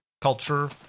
culture